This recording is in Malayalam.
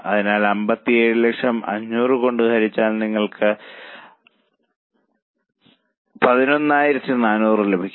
അതിനാൽ 57 ലക്ഷം 500 കൊണ്ട് ഹരിച്ചാൽ നിങ്ങൾക്ക് 11400 ലഭിക്കും